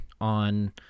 on